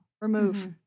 Remove